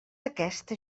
aquesta